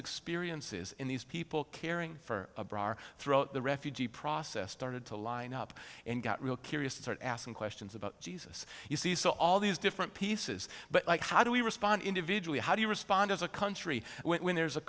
experiences in these people caring for our throat the refugee process started to line up and got real curious to start asking questions about jesus you see so all these different pieces but like how do we respond individually how do you respond as a country when there's a